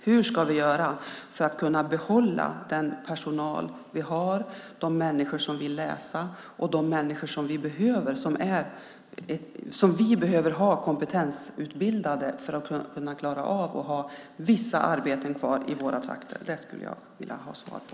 Hur ska vi göra för att behålla den personal vi har, de människor som vill läsa och de människor som behöver kompetensutbildas för att kunna ta vissa arbeten i våra trakter? Denna fråga vill jag ha svar på.